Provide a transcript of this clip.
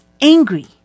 angry